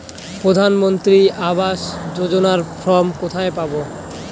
প্রধান মন্ত্রী আবাস যোজনার ফর্ম কোথায় পাব?